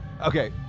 Okay